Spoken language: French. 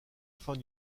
fin